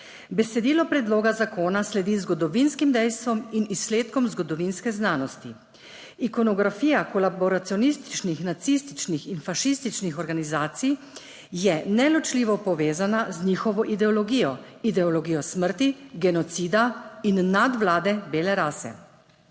Besedilo predloga zakona sledi zgodovinskim dejstvom in izsledkom zgodovinske znanosti. Ikonografija kolaboracionističnih, nacističnih in fašističnih organizacij je neločljivo povezana z njihovo ideologijo, ideologijo smrti, genocida in nadvlade bele rase.